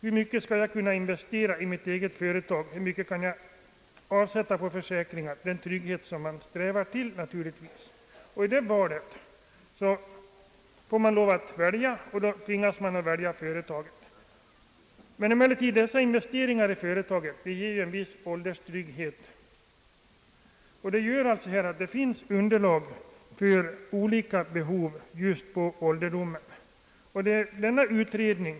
Frågan är då om man skall investera i sitt eget företag eller om man skall avsätta medel till försäkringar — en trygghet som man strävar till naturligtvis. Man har då ofta att välja, och tvingas kanske att välja investeringar i företaget. Dessa investeringar i företaget ger emellertid en viss trygghet på ålderdomen. Detta faktum gör att det finns underlag för kravet att man skall söka tillgodose olika behov av trygghet.